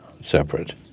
separate